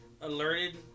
alerted